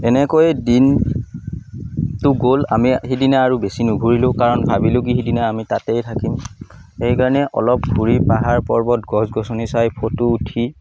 এনেকৈয়ে দিনটো গ'ল সিদিনা আমি বেছি নুঘূৰিলোঁ কাৰণ ভাবিলোঁ কি সিদিনা আমি তাতেই থাকিম সেইকাৰণে অলপ ঘূৰি পাহাৰ পৰ্বত গছ গছনি চাই ফটো উঠি